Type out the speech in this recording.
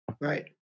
Right